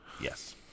Yes